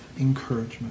encouragement